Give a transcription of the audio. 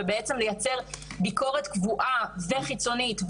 ובעצם לייצר ביקורת קבועה וחיצונית,